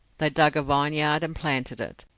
they dug a vineyard and planted it.